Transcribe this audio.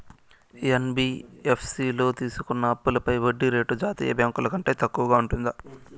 NBFC లో తీసుకున్న అప్పుపై వడ్డీ రేటు జాతీయ బ్యాంకు ల కంటే తక్కువ ఉంటుందా?